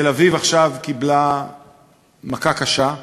עכשיו תל-אביב קיבלה מכה קשה.